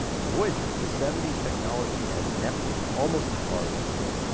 voyager, with seventy s technology at neptune, almost as far as pluto,